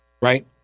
right